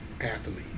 athlete